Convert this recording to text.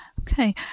Okay